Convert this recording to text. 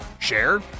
Share